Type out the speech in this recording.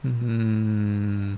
hmm